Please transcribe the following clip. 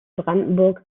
brandenburg